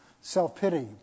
self-pity